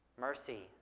Mercy